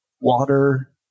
water